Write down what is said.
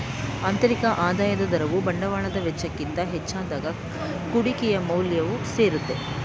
ಆಂತರಿಕ ಆದಾಯದ ದರವು ಬಂಡವಾಳದ ವೆಚ್ಚಕ್ಕಿಂತ ಹೆಚ್ಚಾದಾಗ ಕುಡಿಕೆಯ ಮೌಲ್ಯವನ್ನು ಸೇರುತ್ತೆ